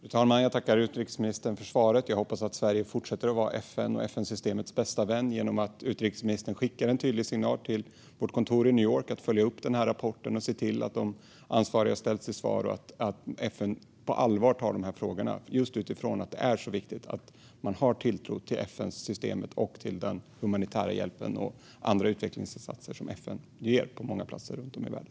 Fru talman! Jag tackar utrikesministern för svaret. Jag hoppas att Sverige fortsätter att vara FN-systemets bästa vän genom att utrikesministern skickar en tydlig signal till vårt kontor i New York att följa upp rapporten och se till att ansvariga kommer att ställas till svars. FN måste ta frågorna på allvar just för att det är så viktigt med tilltron till FN-systemet, den humanitära hjälpen och andra utvecklingsinsatser som FN ger på många platser runt om i världen.